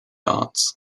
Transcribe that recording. arts